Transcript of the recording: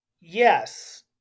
Yes